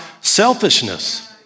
selfishness